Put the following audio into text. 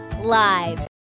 Live